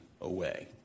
away